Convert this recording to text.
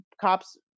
cops